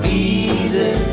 easy